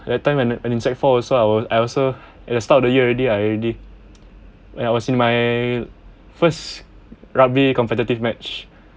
that time when in when in sec four also I was I also at the start of the year already I already when I was in my first rugby competitive match